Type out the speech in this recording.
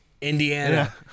Indiana